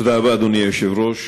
תודה רבה, אדוני היושב-ראש.